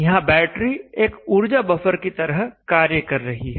यहां बैटरी एक ऊर्जा बफर की तरह कार्य कर रही है